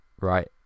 right